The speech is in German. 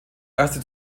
erste